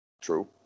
True